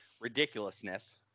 ridiculousness